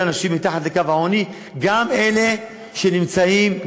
יותר ויותר אנשים מתחת לקו העוני,